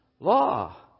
Law